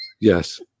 Yes